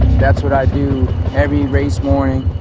that's what i do every race morning,